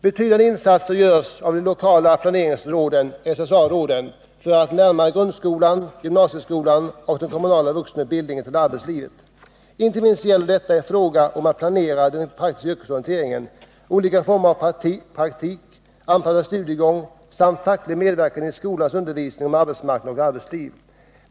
Betydande insatser görs av de lokala planeringsråden, SSA-råden, för att närma grundskolan, gymnasieskolan och den kommunala vuxenutbildningen till arbetslivet. Inte minst gäller detta i fråga om att planera den praktiska yrkesorienteringen, olika former av praktik, anpassad studiegång samt facklig medverkan i skolans undervisning om arbetsmarknad och arbetsliv.